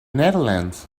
netherlands